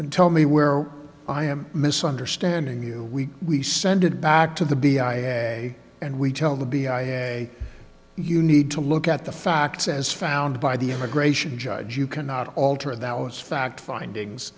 and tell me where i am misunderstanding you we we send it back to the b i say and we tell the b i had a you need to look at the facts as found by the immigration judge you cannot alter that was fact findings